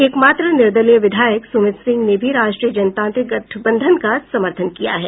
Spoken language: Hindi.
एकमात्र निर्दलीय विधायक सुमित सिंह ने भी राष्ट्रीय जनतांत्रिक गठबंधन का समर्थन किया है